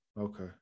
Okay